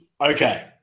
Okay